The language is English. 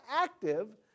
active